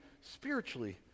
spiritually